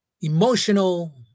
emotional